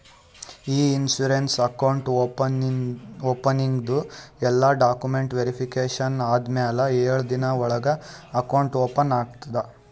E insurance account ಓಪನಿಂಗ್ದು ಎಲ್ಲಾ documents verification ಆದಮ್ಯಾಲ ಎಳು ದಿನದ ಒಳಗ ಅಕೌಂಟ್ ಓಪನ್ ಆಗ್ತದ